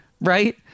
Right